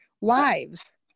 wives